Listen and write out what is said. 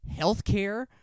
healthcare